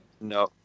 No